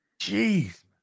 Jeez